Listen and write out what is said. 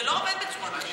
זה לא עובד ככה.